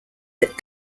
that